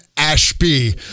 Ashby